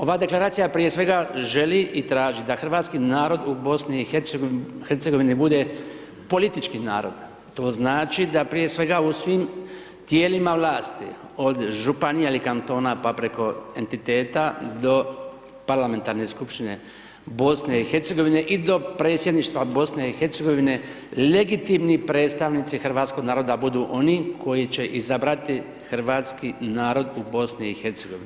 Ova deklaracija prije svega želi i traži da hrvatski narod u BIH bude politički narod, to znači da prije svega u svim tijelima vlasati od županija ili kantona pa preko entiteta, do parlamentarne skupština BIH i dopredsjedništva BIH legitimni predstavnici Hrvatskog naroda budu oni koji će izabrati Hrvatski narod u BIH.